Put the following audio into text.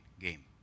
game